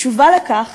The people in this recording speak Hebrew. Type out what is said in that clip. התשובה לכך